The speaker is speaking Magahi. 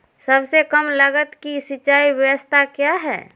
सबसे कम लगत की सिंचाई ब्यास्ता क्या है?